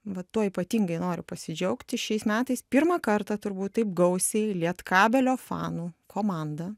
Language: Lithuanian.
va tuo ypatingai noriu pasidžiaugti šiais metais pirmą kartą turbūt taip gausiai lietkabelio fanų komanda